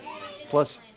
Plus